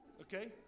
Okay